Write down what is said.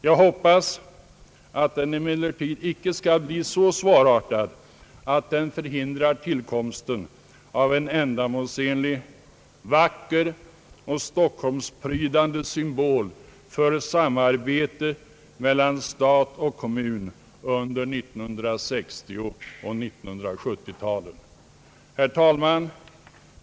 Jag hoppas att de emellertid icke skall bli så svårartade att de förhindrar tillkomsten av en ändamålsenlig, vacker och Stockholmsprydande symbol för samarbetet mellan stat och kommun under 1960 och 1970-talen. Herr talman!